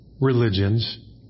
religions